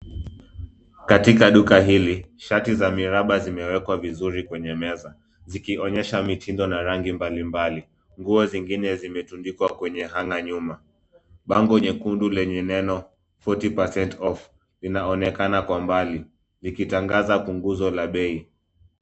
Katika duka hili, shati za miraba zimewekwa vizuri kwenye meza, zikionyesha mitindo na rangi mbalimbali. Nguo zingine zimetundikwa kwenye hanger nyuma. Bango nyekundu lenye neno 40% off linaonekana kwa mbali, likitangaza punguzo la bei.